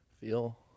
feel